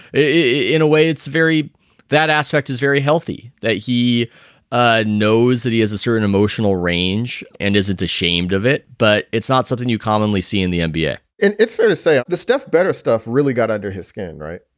in a way, it's very that aspect is very healthy, that he ah knows that he has a certain emotional range and isn't ashamed of it. but it's not something you commonly see in the nba and it's fair to say this stuff, better stuff really got under his skin, right?